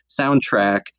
soundtrack